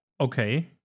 okay